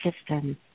system